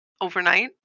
overnight